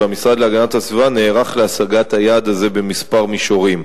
והמשרד להגנת הסביבה נערך להשגת היעד הזה בכמה מישורים.